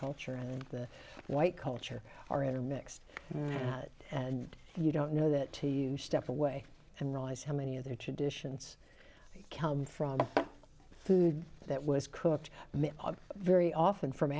culture and the white culture are in a mixed and you don't know that to you step away and realize how many of their traditions come from food that was cooked very often from